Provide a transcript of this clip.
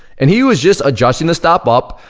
and he was just adjusting the stop up,